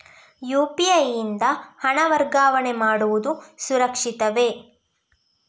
UPI ಯಿಂದ ಹಣ ವರ್ಗಾವಣೆ ಮಾಡುವುದು ಸುರಕ್ಷಿತವೇ?